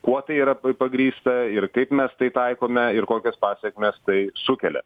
kuo tai yra pagrįsta ir kaip mes tai taikome ir kokias pasekmes tai sukelia